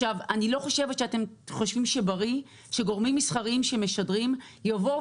אני לא חושבת שאתם חושבים שבריא שגורמים מסחריים שמשדרים ירוצו